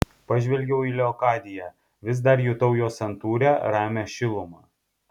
pažvelgiau į leokadiją vis dar jutau jos santūrią ramią šilumą